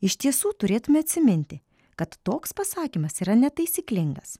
iš tiesų turėtumėme atsiminti kad toks pasakymas yra netaisyklingas